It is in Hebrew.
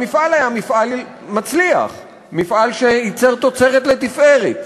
המפעל היה מפעל מצליח, מפעל שייצר תוצרת לתפארת,